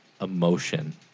emotion